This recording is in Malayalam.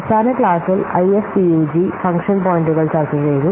അവസാന ക്ലാസ്സിൽ ഐഎഫ്പിയുജി ഫംഗ്ഷൻ പോയിന്റുകൾ ചർച്ചചെയ്തു